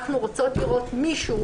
אנחנו רוצות לראות מישהו,